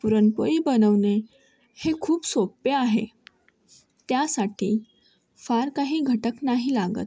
पुरणपोळी बनवणे हे खूप सोपे आहे त्यासाठी फार काही घटक नाही लागत